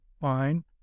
fine